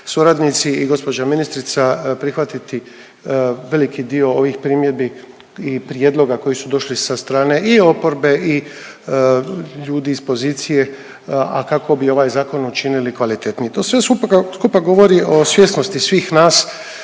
i gospođa ministrica prihvatiti veliki dio ovih primjedbi i prijedloga koji su došli sa strane i oporbe i ljudi iz pozicije, a kako bi ovaj zakon učinili kvalitetniji. To sve skupa govori o svjesnosti svih nas